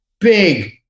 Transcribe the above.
big